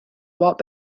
walked